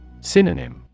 Synonym